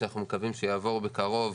שאנחנו מקווים שיעבור בקרוב,